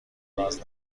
ابراز